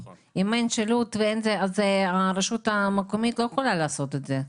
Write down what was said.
אם אין שילוט הרשות המקומית לא יכולה לעשות את זה.